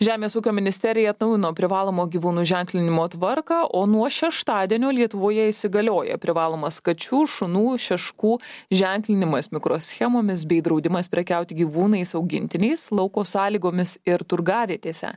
žemės ūkio ministerija atnaujino privalomo gyvūnų ženklinimo tvarką o nuo šeštadienio lietuvoje įsigalioja privalomas kačių šunų šeškų ženklinimas mikroschemomis bei draudimas prekiauti gyvūnais augintiniais lauko sąlygomis ir turgavietėse